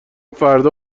فردا